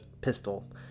pistol